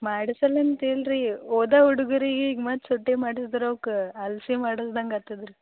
ಮಾಡಿಸಲಂತ ಇಲ್ರಿ ಹೋದ ಹುಡುಗರಿಗೆ ಈಗ ಮತ್ತು ಸೂಟಿ ಮಾಡಿದ್ರೆ ಅವ್ಕೆ ಅಲೆಸಿ ಮಾಡ್ಸಿದಂಗೆ ಆಗ್ತದ್ ರೀ